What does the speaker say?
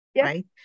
right